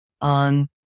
on